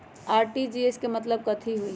RTGS के मतलब कथी होइ?